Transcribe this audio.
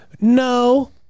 No